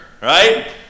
right